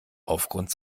aufgrund